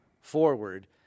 forward